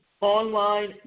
online